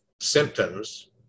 symptoms